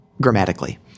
grammatically